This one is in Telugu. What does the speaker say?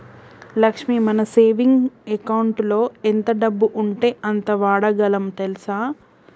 లక్ష్మి మన సేవింగ్ అకౌంటులో ఎంత డబ్బు ఉంటే అంత వాడగలం తెల్సా